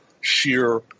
sheer